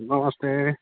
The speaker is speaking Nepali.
नमस्ते